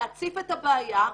להציף את הבעיה,